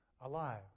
alive